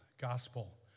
gospel